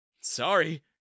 Sorry